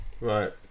Right